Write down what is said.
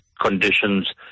conditions